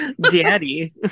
daddy